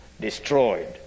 destroyed